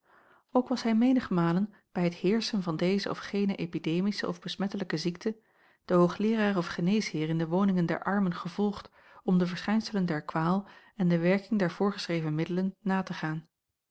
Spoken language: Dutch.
ook was hij menigmalen bij het heerschen van deze of gene epidemische of besmettelijke ziekte den hoogleeraar of geneesheer in de woningen der armen gevolgd om de verschijnselen der kwaal en de werking der voorgeschreven middelen na te gaan